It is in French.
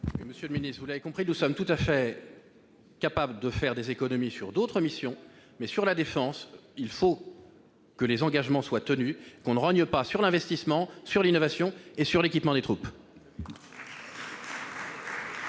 Monsieur le secrétaire d'État, vous l'avez compris : nous sommes tout à fait capables de faire des économies sur d'autres missions ; mais, s'agissant de la défense, il faut que les engagements soient tenus : on ne doit rogner ni sur l'investissement, ni sur l'innovation, ni sur l'équipement des troupes.